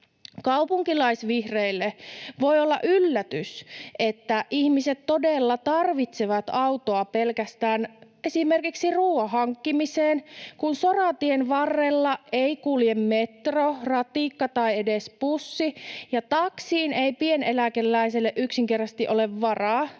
Kaupunkilaisvihreille voi olla yllätys, että ihmiset todella tarvitsevat autoa esimerkiksi pelkästään ruoan hankkimiseen, kun soratien varrella ei kulje metro, ratikka tai edes bussi ja taksiin ei pieneläkeläisellä yksinkertaisesti ole varaa